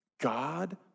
God